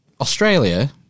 Australia